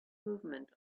movement